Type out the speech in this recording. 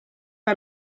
pas